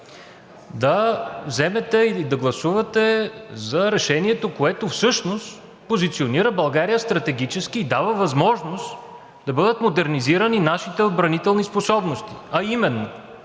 да вземете или да гласувате за решението, което всъщност позиционира България стратегически и дава възможност да бъдат модернизирани нашите отбранителни способности, а именно